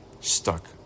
stuck